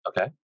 Okay